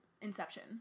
Inception